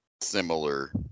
similar